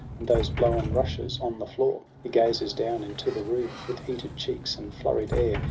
and those blown rushes on the floor. he gazes down into the room with heated cheeks and flurried air.